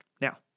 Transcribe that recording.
Now